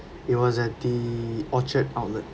it was at the orchard outlet